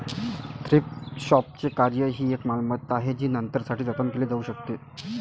thrift शॉपचे कार्य ही एक मालमत्ता आहे जी नंतरसाठी जतन केली जाऊ शकते